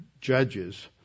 judges